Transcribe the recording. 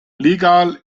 legal